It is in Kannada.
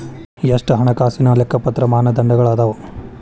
ಎಷ್ಟ ಹಣಕಾಸಿನ್ ಲೆಕ್ಕಪತ್ರ ಮಾನದಂಡಗಳದಾವು?